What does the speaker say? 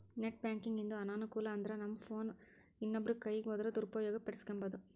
net ಬ್ಯಾಂಕಿಂಗಿಂದು ಅನಾನುಕೂಲ ಅಂದ್ರನಮ್ ಫೋನ್ ಇನ್ನೊಬ್ರ ಕೈಯಿಗ್ ಹೋದ್ರ ದುರುಪಯೋಗ ಪಡಿಸೆಂಬೋದು